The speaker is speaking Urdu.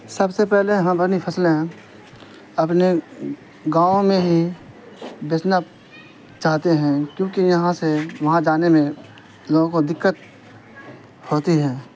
سب سے پہلے ہم اپنی فصلیں اپنے گاؤں میں ہی بیچنا چاہتے ہیں کیوںکہ یہاں سے وہاں جانے میں لوگوں کو دقت ہوتی ہے